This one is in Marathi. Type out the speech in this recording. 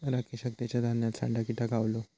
राकेशका तेच्या धान्यात सांडा किटा गावलो